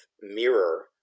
mirror